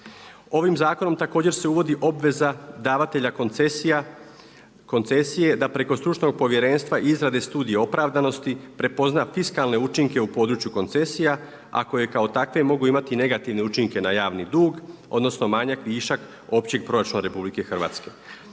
Ovim zakonom također se uvodi obveza davatelja koncesije da preko stručnog povjerenstva i izrade Studije opravdanosti prepozna fiskalne učinke u području koncesija, a koje takve mogu imati negativne učinke na javni dug odnosno manjak, višak općeg proračuna RH. Na ovaj